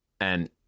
and-